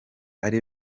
ari